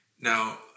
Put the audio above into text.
Now